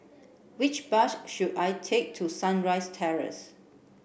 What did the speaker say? which bus should I take to Sunrise Terrace